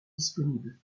disponibles